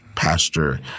pasture